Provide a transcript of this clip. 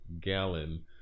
gallon